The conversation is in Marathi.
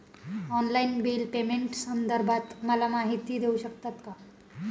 ऑनलाईन बिल पेमेंटसंदर्भात मला माहिती देऊ शकतात का?